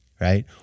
right